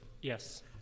Yes